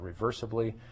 reversibly